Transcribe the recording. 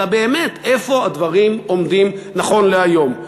אלא באמת איפה הדברים עומדים נכון להיום,